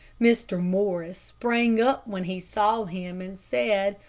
mr. morris sprang up when he saw him, and said,